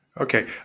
Okay